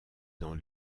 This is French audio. dans